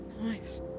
Nice